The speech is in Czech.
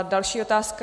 Další otázka.